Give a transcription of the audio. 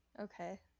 Okay